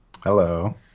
Hello